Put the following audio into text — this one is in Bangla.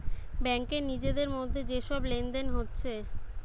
ব্যাংকে নিজেদের মধ্যে যে সব লেনদেন হচ্ছে